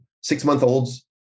six-month-olds